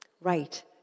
right